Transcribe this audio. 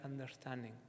understanding